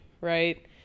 right